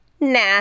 nah